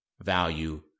value